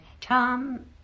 Tom